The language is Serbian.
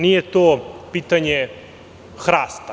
Nije to pitanje hrasta.